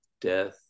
death